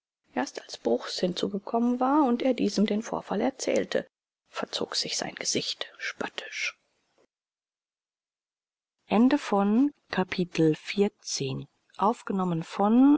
erst als bruchs hinzugekommen war und er diesem den vorfall erzählte verzog sich sein gesicht spöttisch